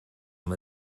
amb